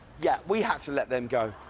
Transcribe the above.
yeah we have to let them go.